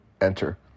enter